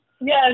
Yes